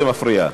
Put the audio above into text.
זה מפריע.